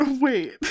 wait